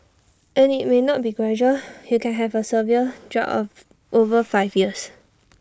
and IT may not be gradual you can have A severe drop over five years